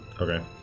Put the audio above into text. Okay